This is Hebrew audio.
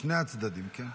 משני הצדדים, כן?